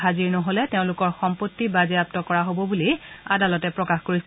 হাজিৰ নহলে তেওঁলোকৰ সম্পন্তি বাজেয়াপ্ত কৰা হ'ব বুলি আদালতে প্ৰকাশ কৰিছে